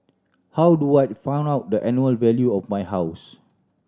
how do I find out the annual value of my house